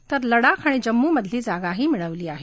तर लडाख आणि जम्मूमधली जागाही मिळवली आहे